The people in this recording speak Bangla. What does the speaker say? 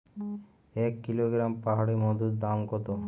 এক কিলোগ্রাম পাহাড়ী মধুর দাম কত?